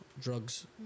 drugs